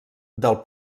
del